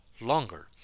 longer